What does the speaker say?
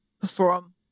perform